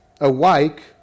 awake